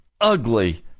ugly